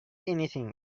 anything